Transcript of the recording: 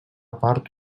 part